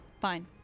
Fine